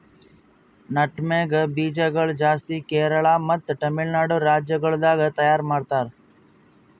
nutmeg ಬೀಜ ಗೊಳ್ ಜಾಸ್ತಿ ಕೇರಳ ಮತ್ತ ತಮಿಳುನಾಡು ರಾಜ್ಯ ಗೊಳ್ದಾಗ್ ತೈಯಾರ್ ಮಾಡ್ತಾರ್